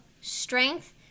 strength